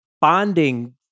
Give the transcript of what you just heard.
bonding